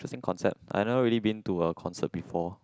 interesting concept I not really been to a concert before